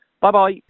bye-bye